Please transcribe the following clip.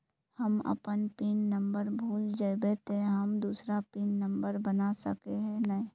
हम अपन pin number भूल जयबे ते हम दूसरा पिन नंबर बना सके है नय?